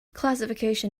classification